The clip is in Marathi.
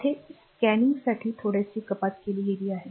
येथे स्कॅनिंगसाठी थोडेसे कपात केली गेली आहे